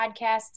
podcasts